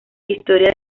historia